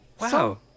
Wow